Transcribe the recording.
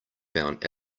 found